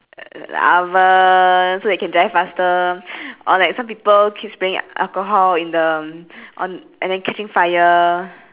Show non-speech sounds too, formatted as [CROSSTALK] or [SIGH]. [NOISE] oven so they can dry faster or like some people keeps playing alcohol in the on and then catching fire